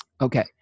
Okay